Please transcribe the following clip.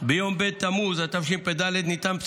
ועמנואל רקמן